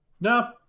no